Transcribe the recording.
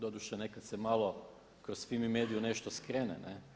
Doduše nekad se malo kroz FIMI Mediu nešto skrene, ne.